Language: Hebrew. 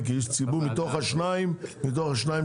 כאיש ציבור מתוך השניים שמאושרים.